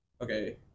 okay